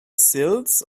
sills